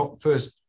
first